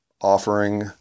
offering